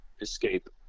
escape